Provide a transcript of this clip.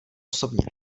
osobně